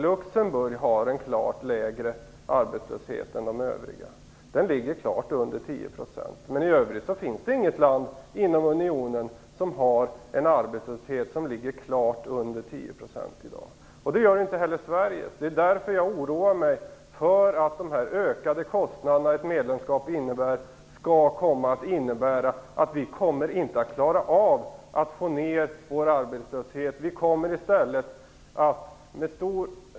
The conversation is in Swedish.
Luxemburg har en klart lägre arbetslöshet än de övriga, den ligger under 10 %. I övrigt finns det inget land inom unionen som har en arbetslöshet klart under 10 % i dag. Det har inte heller Sverige. Därför oroar jag mig för att de ökade kostnader som ett medlemskap för med sig kommer att innebära att vi inte kommer att klara att få ner vår arbetslöshet.